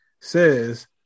says